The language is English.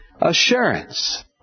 Assurance